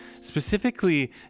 specifically